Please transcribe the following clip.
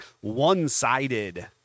one-sided